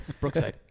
Brookside